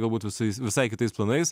galbūt visais visai kitais planais